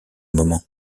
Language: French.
moment